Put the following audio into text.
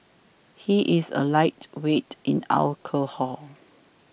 he is a lightweight in alcohol